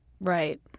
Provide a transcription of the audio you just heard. Right